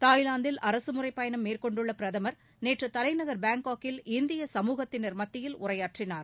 தாய்லாந்தில் அரசுமுறைப் பயணம் மேற்கொண்டுள்ள பிரதமர் நேற்று தலைநகர் பாங்காக்கில் இந்திய சமூகத்தினர் மத்தியில் உரையாற்றினார்